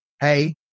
Hey